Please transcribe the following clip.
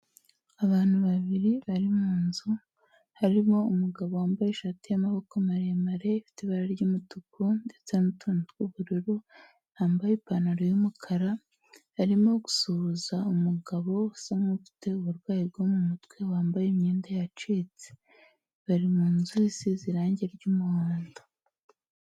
Abantu babiri bari mu nzu, harimo umugabo wambaye ishati y'amaboko maremare ifite ibara ry'umutuku ndetse n'utuntu tw'ubururu, wambaye ipantaro y'umukara, arimo gusuhuza umugabo usa nk'ufite uburwayi bwo mu mutwe, wambaye imyenda yacitse. Bari mu nzu isize irangi ry'umuhondo.